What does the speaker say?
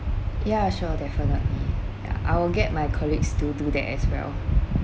yeah sure definitely yeah I will get my colleagues to do that as well